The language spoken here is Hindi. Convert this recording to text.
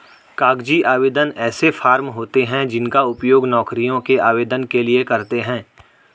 कागजी आवेदन ऐसे फॉर्म होते हैं जिनका उपयोग नौकरियों के आवेदन के लिए करते हैं